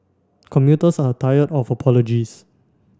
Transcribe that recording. commuters are tired of apologies